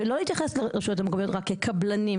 ולא להתייחס לרשויות המקומיות רק כקבלנים.